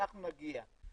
ואנחנו נגיע.